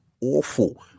awful